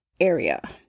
area